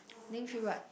name three what